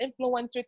influencer